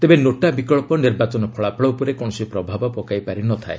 ତେବେ ନୋଟା ବିକ୍ସ ନିର୍ବାଚନ ଫଳାଫଳ ଉପରେ କୌଣସି ପ୍ରଭାବ ପକାଇ ପାରିନଥାଏ